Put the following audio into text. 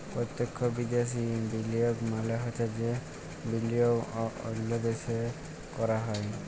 পত্যক্ষ বিদ্যাশি বিলিয়গ মালে হছে যে বিলিয়গ অল্য দ্যাশে ক্যরা হ্যয়